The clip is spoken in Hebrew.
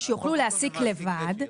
שיוכלו להעסיק לבד.